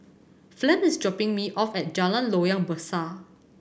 Flem is dropping me off at Jalan Loyang Besar